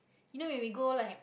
you know when we go like